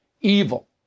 Evil